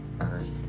earth